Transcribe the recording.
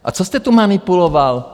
A co jste tu manipuloval?